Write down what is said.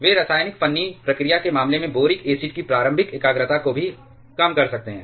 वे रासायनिक फन्नी प्रक्रिया के मामले में बोरिक एसिड की प्रारंभिक एकाग्रता को भी कम कर सकते हैं